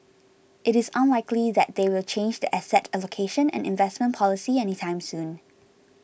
it is unlikely that they will change their asset allocation and investment policy any time soon